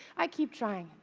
i keep trying,